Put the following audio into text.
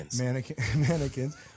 Mannequins